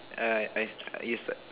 I I you start